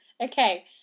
okay